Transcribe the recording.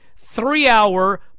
three-hour